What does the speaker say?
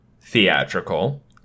theatrical